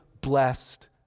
blessed